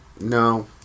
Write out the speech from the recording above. No